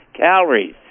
calories